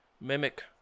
mimic